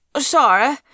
sorry